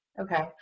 Okay